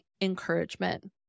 encouragement